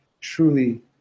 truly